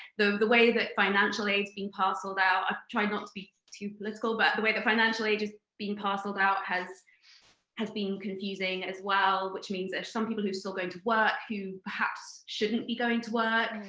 the the way that financial aid is being parceled out i try not to be too political. but the way the financial aid is being parceled out has has been confusing as well, which means there are some people who are still going to work who perhaps shouldn't be going to work.